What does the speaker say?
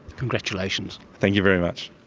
congratulations. thank you very much.